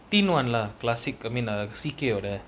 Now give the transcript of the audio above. thin one lah classic I mean C_K